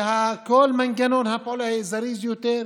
שכל מנגנון הפעולה יהיה זריז יותר,